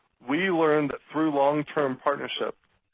we learned that through long-term partnerships